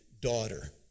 daughter